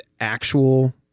actual